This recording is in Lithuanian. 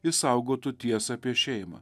išsaugotų tiesą apie šeimą